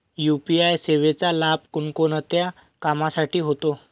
UPI सेवेचा लाभ कोणकोणत्या कामासाठी होतो?